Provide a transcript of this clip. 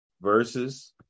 verses